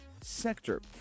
sector